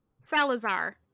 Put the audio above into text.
salazar